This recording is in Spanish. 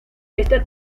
esta